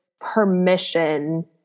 permission